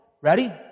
ready